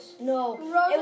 No